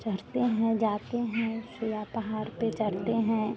चढ़ते हैं जाते हैं सुइया पहाड़ पर चढ़ते हैं